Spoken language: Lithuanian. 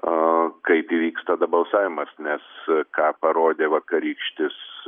a kaip įvyks tada balsavimas nes ką parodė vakarykštis